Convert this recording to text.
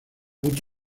huts